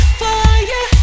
fire